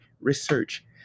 research